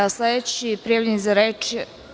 Sledeći prijavljeni za reč…